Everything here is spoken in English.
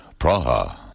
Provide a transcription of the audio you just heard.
Praha